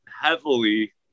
heavily